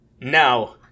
Now